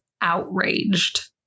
outraged